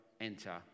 enter